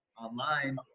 online